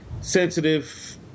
sensitive